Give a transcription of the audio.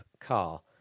car